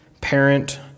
parent